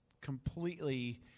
completely